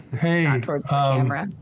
Hey